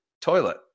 toilet